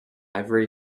ivory